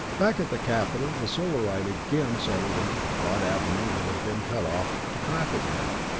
back at the capital the solarite again settled into the broad avenue that had been cut off to traffic now,